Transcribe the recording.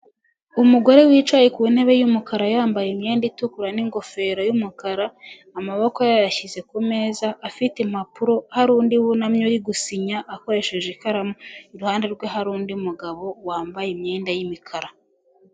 Umugore wicaye ku ntebe y'umukara yambaye imyenda itukura n'ingofero y'umukara, amaboko ye yayashyize ku meza, afite impapuro, hari undi wunamye uri gusinya akoresheje ikaramu, iruhande rwe hari undi mugabo wambaye imyenda y'imikara.